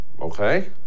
okay